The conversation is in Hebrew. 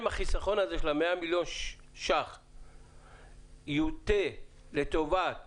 החיסכון הזה של ה-100 מיליון שח יוטה לטובת